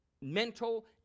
mental